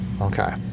Okay